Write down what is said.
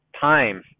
time